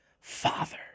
father